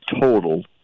total